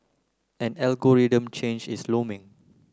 an algorithm change is looming